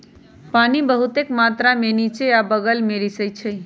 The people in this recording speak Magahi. पानी बहुतेक मात्रा में निच्चे आ बगल में रिसअई छई